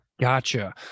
Gotcha